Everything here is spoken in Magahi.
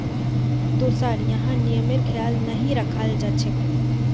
तोसार यहाँ नियमेर ख्याल नहीं रखाल जा छेक